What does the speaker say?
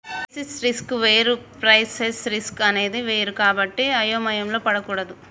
basis risk వేరు price risk అనేది వేరు కాబట్టి అయోమయం పడకూడదు